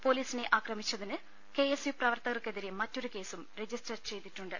പൊലീസിനെ ആക്രമിച്ചതിന് K S U പ്രവർത്തകർക്കെ തിരെ മറ്റൊരു കേസും രജിസ്റ്റർ ചെയ്തിട്ടുണ്ട്